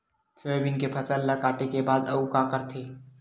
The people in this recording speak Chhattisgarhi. सोयाबीन के फसल ल काटे के बाद आऊ का करथे?